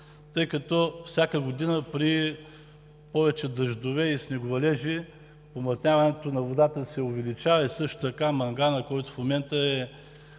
тъй като всяка година при повече дъждове и снеговалежи помътняването на водата се увеличава, също така манганът, който в момента е